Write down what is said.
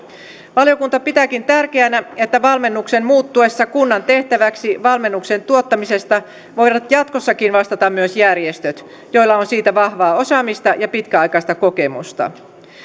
valiokunta pitääkin tärkeänä että valmennuksen muuttuessa kunnan tehtäväksi valmennuksen tuottamisesta voivat jatkossakin vastata myös järjestöt joilla on siitä vahvaa osaamista ja pitkäaikaista kokemusta